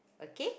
okay